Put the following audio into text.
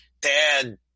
dad